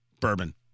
bourbon